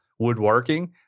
woodworking